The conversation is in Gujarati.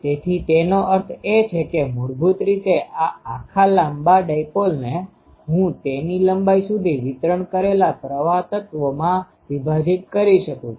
તેથી તેનો અર્થ એ છે કે મૂળભૂત રીતે આ આખા લાંબા ડાયપોલને હું તેની લંબાઈ સુધી વિતરણ કરેલા પ્રવાહ તત્વોમાં વિભાજીત કરી શકું છુ